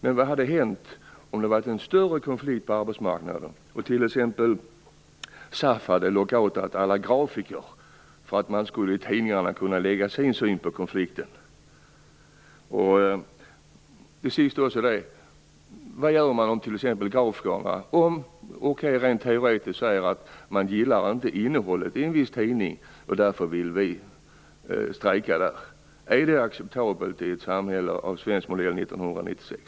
Men vad hade hänt om det hade varit en större konflikt på arbetsmarknaden och t.ex. SAF hade lockoutat alla grafiker för att tidningarna skulle kunna lägga sin syn på konflikten? Vad gör man rent teoretiskt om t.ex. grafikerna säger att de inte gillar innehållet i en viss tidning och därför vill strejka? Är sådant acceptabelt i ett samhälle av svensk modell 1996?